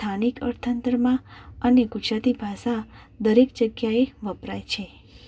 સ્થાનિક અર્થતંત્રમાં અને ગુજરાતી ભાષા દરેક જગ્યાએ વપરાય છે